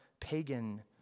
pagan